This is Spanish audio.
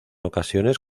ocasiones